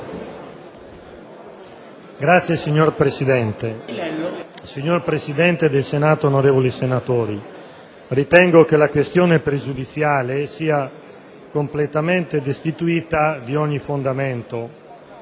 finestra") *(Ulivo)*. Signor Presidente, onorevoli senatori, ritengo che la questione pregiudiziale sia completamente destituita di ogni fondamento.